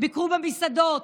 ביקרו במסעדות,